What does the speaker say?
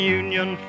union